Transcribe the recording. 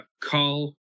call